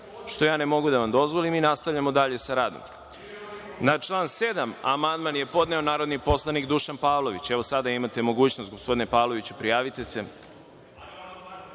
što ja ne mogu da vam dozvolim i nastavljamo dalje sa radom. Na član 7. amandman je podneo narodni poslanik Dušan Pavlović. Sada imate mogućnost gospodine Pavloviću, prijavite se.